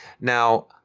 Now